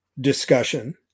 discussion